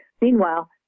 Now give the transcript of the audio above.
meanwhile